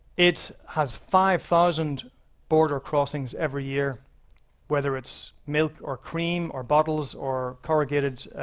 it has five thousand border crossings every year whether it's milk, or cream, or bottles, or corrugated